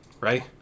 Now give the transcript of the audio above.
right